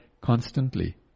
constantly